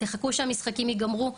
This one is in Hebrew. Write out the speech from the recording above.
תחכו שהמשחקים ייגמרו,